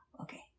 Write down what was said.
Okay